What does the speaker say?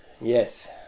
Yes